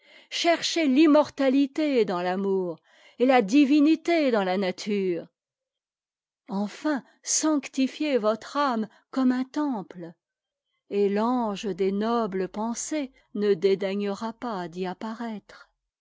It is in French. cherchez l'immortatité dans l'amour et la divinité dans la nature enfin sanctifiez votre âme comme un temple et l'ange des nobles pensées ne dédaignera pas d'y apparaître